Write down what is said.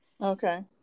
Okay